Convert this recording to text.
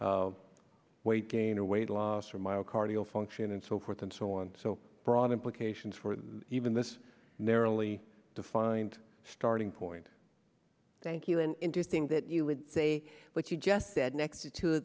weight gain or weight loss from my cardio function and so forth and so on so broad implications for the even this narrowly defined starting point thank you and interesting that you would say what you just said next to t